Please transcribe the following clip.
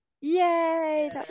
Yay